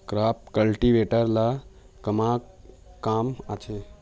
Crop cultivator ला कमा काम आथे?